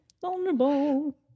vulnerable